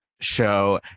show